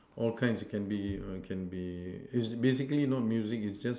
all kinds it can be err can be is basically not music is just